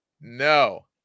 no